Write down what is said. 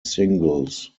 singles